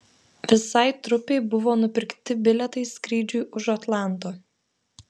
visai trupei buvo nupirkti bilietai skrydžiui už atlanto